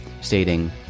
stating